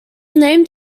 named